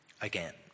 again